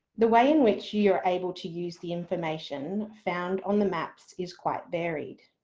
the way in which you're able to use the information found on the maps is quite varied.